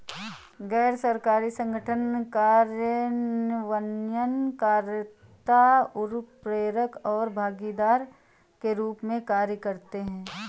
गैर सरकारी संगठन कार्यान्वयन कर्ता, उत्प्रेरक और भागीदार के रूप में कार्य करते हैं